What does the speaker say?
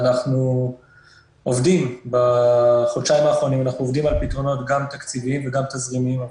ואנחנו עובדים בחודשיים האחרונים על פתרונות תקציביים ותזרימיים עבורם.